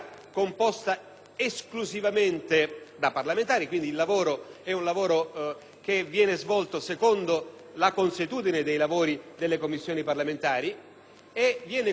esclusivamente da parlamentari; il lavoro, quindi, viene svolto secondo la consuetudine dei lavori delle Commissioni parlamentari e viene costituito,